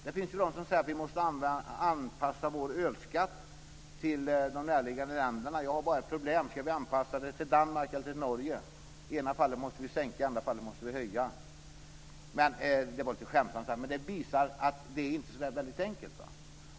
Det finns de som säger att vi måste anpassa vår ölskatt till de närliggande ländernas skatt. Problemet är dock om vi ska anpassa oss till Danmark eller om vi ska anpassa oss till Norge. I det ena fallet måste vi sänka skatten och i det andra fallet höja den - lite skämtsamt uttryckt. Detta visar i varje fall att det hela inte är särskilt enkelt.